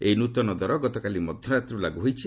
ଏହି ନୂତନ ଦର ଗତକାଲି ମଧ୍ୟରାତ୍ରିରୁ ଲାଗୁ ହୋଇଛି